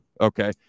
okay